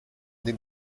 den